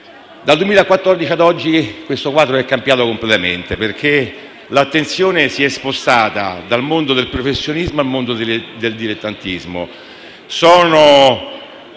Dal 2014 ad oggi questo quadro è cambiato completamente: l'attenzione si è spostata dal mondo del professionismo al mondo del dilettantismo.